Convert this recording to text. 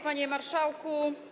Panie Marszałku!